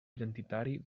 identitari